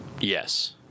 Yes